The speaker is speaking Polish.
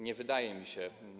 Nie wydaje mi się.